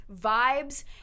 vibes